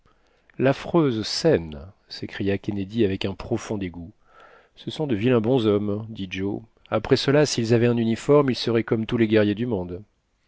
l'affreuse scène s'écria kennedy avec un profond dégoût ce sont de vilains bonshommes dit joe après cela s'ils avaient un uniforme ils seraient comme tous les guerriers du monde